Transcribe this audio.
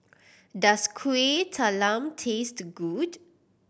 does Kuih Talam taste good